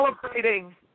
celebrating